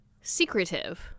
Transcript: secretive